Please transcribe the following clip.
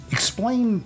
Explain